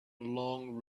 long